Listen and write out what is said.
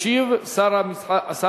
ישיב שר התעשייה,